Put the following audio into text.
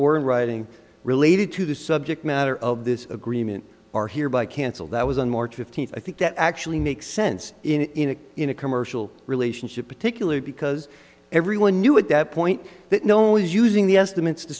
or in writing related to the subject matter of this agreement are hereby canceled that was on march fifteenth i think that actually makes sense in a in a commercial relationship particularly because everyone knew at that point that no one was using the estimates t